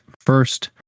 first